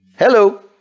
Hello